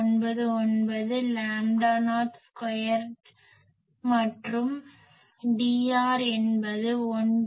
199 lambda naught square மற்றும் Dr என்பது 1